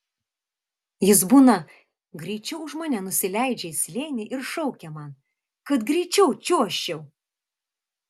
jis būna greičiau už mane nusileidžia į slėnį ir šaukia man kad greičiau čiuožčiau